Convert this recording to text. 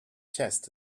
chest